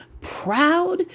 proud